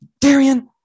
Darian